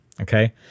okay